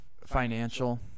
financial